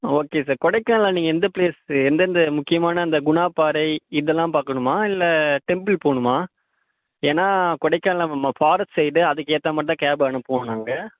ஆ okay sir கொடைக்கானலில் நீங்கள் எந்த பிளேஸ் எந்தெந்த முக்கியமான அந்த குணா பாறை இதெல்லாம் பார்க்கணுமா இல்லை டெம்பிள் போவணுமா ஏன்னா கொடைக்கானலில் நம்ம ஃபாரஸ்ட் சைடு அதுக்கேற்ற மாதிரிதான் கேப் அனுப்புவோம் நாங்கள்